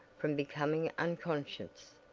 from becoming unconscious.